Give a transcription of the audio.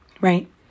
right